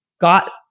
got